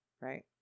right